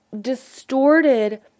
distorted